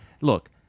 look